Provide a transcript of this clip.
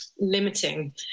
limiting